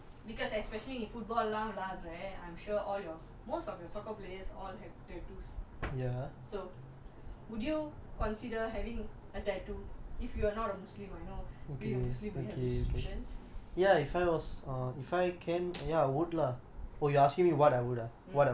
your preference on these tattoos because especially in football I'm sure all your most of your soccer players all have tattoos so would you consider having a tattoo if you were not a muslim I know being a muslim you have restrictions